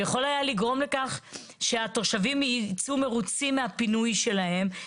שיכול היה לגרום לכך שהתושבים יצאו מרוצים מהפינוי שלהם.